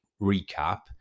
recap